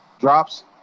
Drops